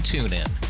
TuneIn